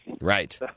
Right